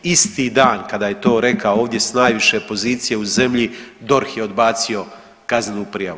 Isti dan kada je to rekao ovdje s najviše pozicije u zemlji DORH je odbacio kaznenu prijavu.